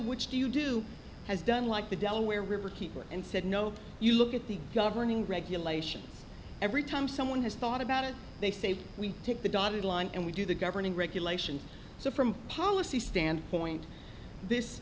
which do you do has done like the delaware river keeper and said nope you look at the governing regulations every time someone has thought about it they say we take the dotted line and we do the governing regulations so from a policy standpoint this